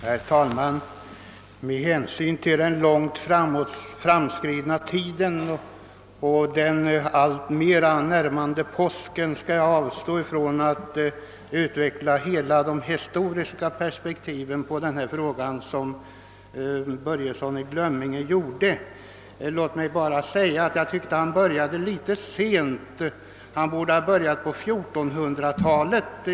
Herr talman! Med hänsyn till den långt framskridna tiden och den sig alltmer närmande påsken skall jag avstå från att här ytterligare utveckla de historiska perspektiv på denna fråga som herr Börjesson i Glömminge anlade. Men låt mig säga att jag tyckte att herr Börjesson började sin historik litet väl sent.